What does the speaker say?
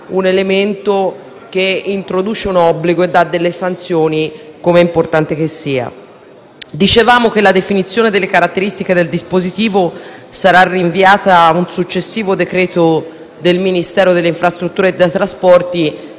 elemento introduce un obbligo e dispone delle sanzioni, come è importante che sia. La definizione delle caratteristiche del dispositivo sarà rinviata a un successivo decreto del Ministero delle infrastrutture e dei trasporti,